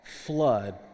flood